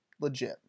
legit